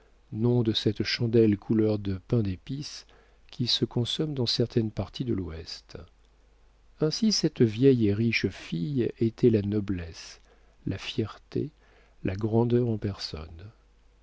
nom de cette chandelle couleur de pain d'épice qui se consomme dans certaines parties de l'ouest ainsi cette vieille et riche fille était la noblesse la fierté la grandeur en personne